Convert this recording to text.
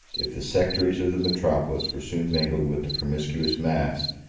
if the sectaries of the metropolis were soon mingled with the promiscuous mass,